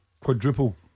quadruple